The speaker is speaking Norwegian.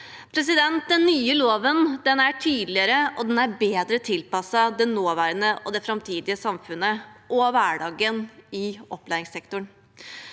lov. Den nye loven er tydeligere, og den er bedre tilpasset det nåværende og det framtidige samfunnet og hverdagen i opplæringssektoren.